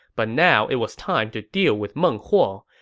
but now it was time to deal with meng huo,